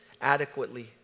adequately